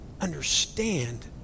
understand